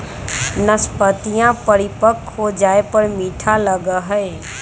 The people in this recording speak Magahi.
नाशपतीया परिपक्व हो जाये पर मीठा लगा हई